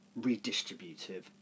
redistributive